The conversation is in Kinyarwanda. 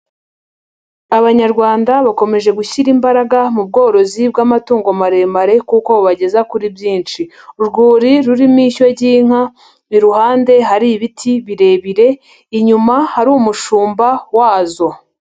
Abanyarwanda bakomeje gushyira imbaraga mu bworozi bw'amatungo maremare kuko bageza kuri byinshi. Urwuri rurimo ishyo ry'inka, iruhande hari ibiti birebire, inyuma hari umushumba wazo.